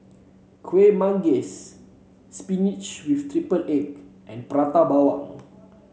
Kueh Manggis spinach with triple egg and Prata Bawang